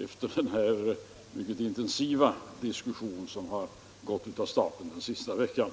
efter de mycket intensiva diskussioner som ägt rum den senaste veckan.